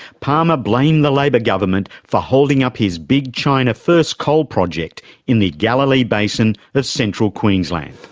palmer blamed the labor government for holding up his big china first coal project in the galilee basin of central queensland.